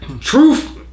truth